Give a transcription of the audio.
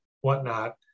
whatnot